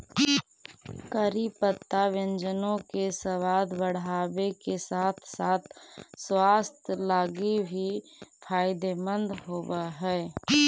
करी पत्ता व्यंजनों के सबाद बढ़ाबे के साथ साथ स्वास्थ्य लागी भी फायदेमंद होब हई